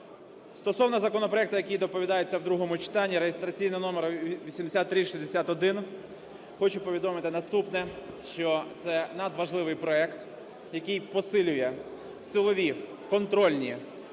Стосовно законопроекту, який доповідається в другому читанні (реєстраційний номер 8361), хочу повідомити наступне, що це надважливий проект, який посилює силові контрольні